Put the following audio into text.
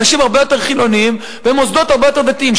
אנשים הרבה יותר חילונים והמוסדות הרבה יותר דתיים.